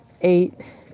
eight